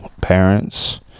parents